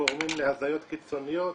גורמים להזיות קיצוניות,